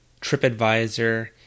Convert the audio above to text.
TripAdvisor